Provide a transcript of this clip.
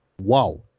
wow